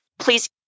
please